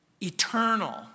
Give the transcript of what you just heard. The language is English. eternal